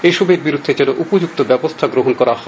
এসবের বিরুদ্ধে যেন উপযুক্ত ব্যবস্থা নেয়া হয়